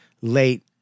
late